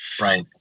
Right